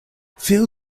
feel